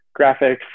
graphics